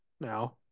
now